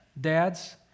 dads